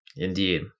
Indeed